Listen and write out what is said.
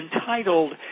entitled